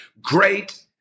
great